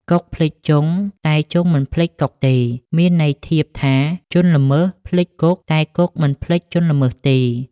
កុកភ្លេចជង់ តែជង់មិនភ្លេចកុកទេ មានន័យធៀបថា ជនល្មើសភ្លេចគុក តែគុកមិនភ្លេចជនល្មើសទេ។